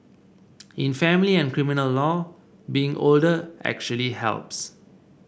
in family and criminal law being older actually helps